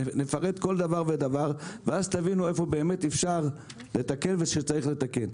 נפרט כל דבר ודבר ואז תבינו איפה באמת אפשר לתקן ושצריך לתקן.